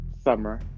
summer